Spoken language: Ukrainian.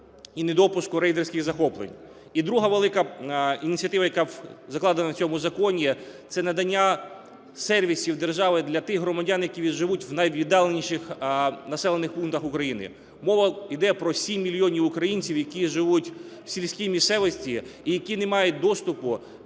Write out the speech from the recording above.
І друга велика ініціатива, яка закладена в цьому законі, - це надання сервісів держави для тих громадян, які живуть у найвіддаленіших населених пунктах України. Мова іде про 7 мільйонів українців, які живуть у сільській місцевості і які не мають доступу